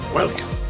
welcome